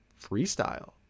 freestyle